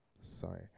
sorry